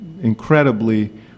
incredibly